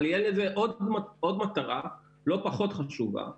אבל תהיה לזה עוד מטרה, לא פחות חשובה: